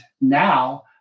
now